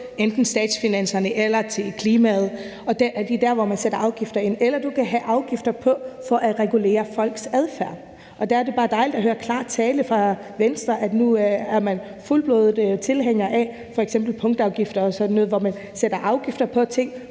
enten statsfinanserne eller klimaet – det er der, hvor man sætter ind med afgifter – eller du kan have afgifter på for at regulere folks adfærd. Der er det bare dejligt at høre klar tale fra Venstres ordfører om, at man nu er fuldblodstilhænger af f.eks. punktafgifter og sådan noget, hvor man sætter afgifter på ting